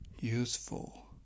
useful